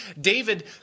David